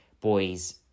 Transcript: boys